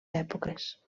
èpoques